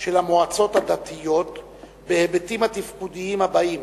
של המועצות הדתיות בהיבטים התפקודיים הבאים: